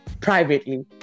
privately